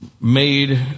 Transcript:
made